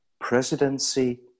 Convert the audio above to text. presidency